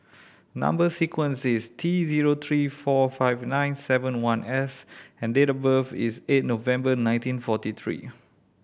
number sequence is T zero three four five nine seven one S and date of birth is eight November nineteen forty three